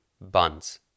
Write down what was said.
buns